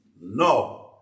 No